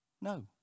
No